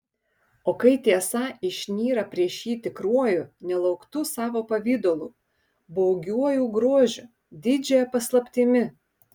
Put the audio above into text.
o kai tiesa išnyra prieš jį tikruoju nelauktu savo pavidalu baugiuoju grožiu didžiąja paslaptimi